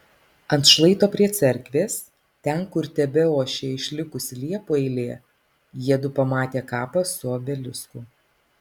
ant šlaito prie cerkvės ten kur tebeošė išlikusi liepų eilė jiedu pamatė kapą su obelisku